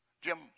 Jim